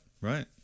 right